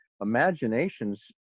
imaginations